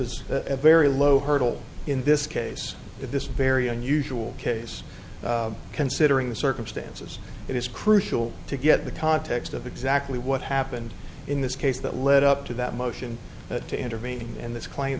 as a very low hurdle in this case at this very unusual case considering the circumstances it is crucial to get the context of exactly what happened in this case that led up to that motion to intervene in this claim